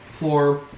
Floor